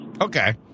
Okay